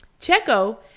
Checo